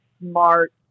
smart